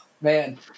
man